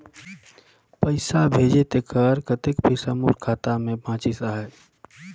पइसा भेजे तेकर कतेक पइसा मोर खाता मे बाचिस आहाय?